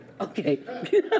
Okay